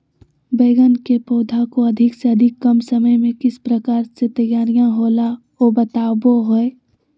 बैगन के पौधा को अधिक से अधिक कम समय में किस प्रकार से तैयारियां होला औ बताबो है?